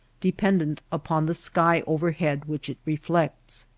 dependent upon the sky overhead which it reflects.